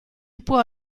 può